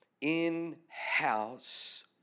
In-house